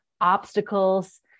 obstacles